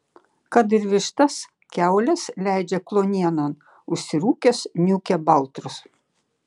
kad ir vištas kiaules leidžia kluonienon užsirūkęs niūkia baltrus